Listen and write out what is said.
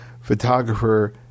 photographer